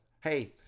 Hey